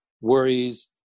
worries